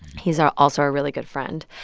he's our also our really good friend.